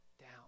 down